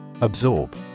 Absorb